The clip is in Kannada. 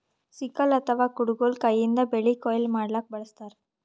ಸಿಕಲ್ ಅಥವಾ ಕುಡಗೊಲ್ ಕೈಯಿಂದ್ ಬೆಳಿ ಕೊಯ್ಲಿ ಮಾಡ್ಲಕ್ಕ್ ಬಳಸ್ತಾರ್